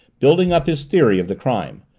building up his theory of the crime.